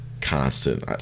constant